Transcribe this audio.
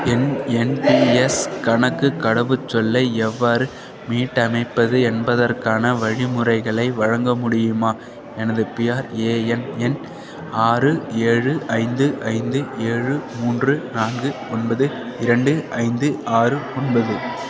என் NPS கணக்கு கடவுச்சொல்லை எவ்வாறு மீட்டமைப்பது என்பதற்கான வழிமுறைகளை வழங்க முடியுமா எனது பிஆர்ஏஎன் எண் ஆறு ஏழு ஐந்து ஐந்து ஏழு மூன்று நான்கு ஒன்பது இரண்டு ஐந்து ஆறு ஒன்பது